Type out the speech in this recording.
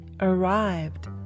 Arrived